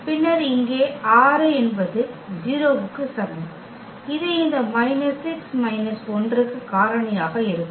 பின்னர் இங்கே 6 என்பது 0 க்கு சமம் இது இந்த மைனஸ் 6 மைனஸ் 1 க்கு காரணியாக இருக்கும்